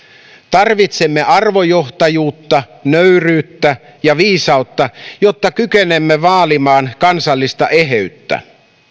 tarvitsemme arvojohtajuutta nöyryyttä ja viisautta jotta kykenemme vaalimaan kansallista eheyttä f